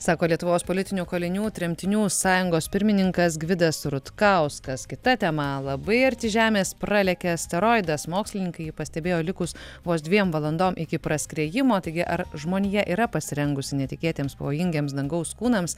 sako lietuvos politinių kalinių tremtinių sąjungos pirmininkas gvidas rutkauskas kita tema labai arti žemės pralėkė asteroidas mokslininkai jį pastebėjo likus vos dviem valandom iki praskriejimo taigi ar žmonija yra pasirengusi netikėtiems pavojingiems dangaus kūnams